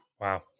Wow